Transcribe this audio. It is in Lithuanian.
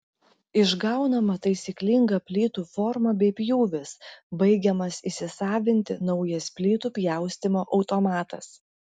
išgaunama taisyklinga plytų forma bei pjūvis baigiamas įsisavinti naujas plytų pjaustymo automatas